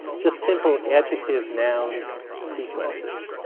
just simple adjective-noun sequences.